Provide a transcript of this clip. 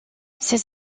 ces